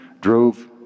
drove